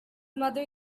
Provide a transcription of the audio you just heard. mother